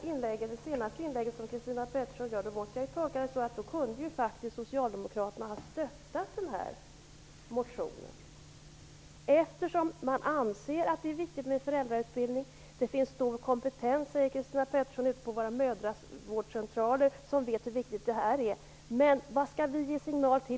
Fru talman! Christina Petterssons senaste inlägg tolkar jag så att socialdemokraterna faktiskt hade kunnat stödja motionen. Man anser ju att det är viktigt med föräldrautbildning. Det finns stor kompetens på våra mödravårdscentraler som vet hur viktigt det här är, säger Christina Pettersson. Men vad skall vi ge för signaler?